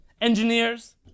engineers